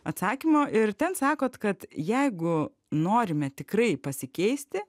atsakymo ir ten sakot kad jeigu norime tikrai pasikeisti